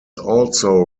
also